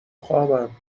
خوابم